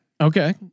Okay